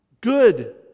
good